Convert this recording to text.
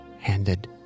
handed